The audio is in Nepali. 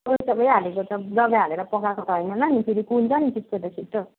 अरू त भइहाल्यो दबाई हालेर त पकाएको त होइन होला नि फेरि कुहुन्छ नि त्यस्तो त छिटो